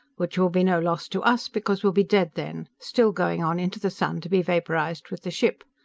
which will be no loss to us because we'll be dead then, still going on into the sun to be vaporized with the ship.